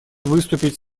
выступить